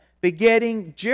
begetting